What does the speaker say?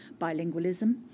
bilingualism